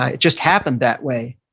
ah just happened that way.